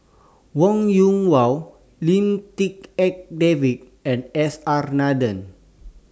Wong Yoon Wah Lim Tik En David and S R Nathan